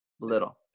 little